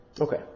Okay